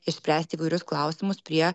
išspręsti įvairius klausimus prie